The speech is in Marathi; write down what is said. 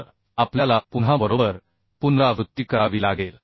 तर आपल्याला पुन्हा बरोबर पुनरावृत्ती करावी लागेल